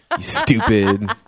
stupid